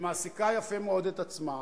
שמעסיקה יפה מאוד את עצמה,